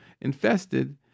infested